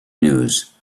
news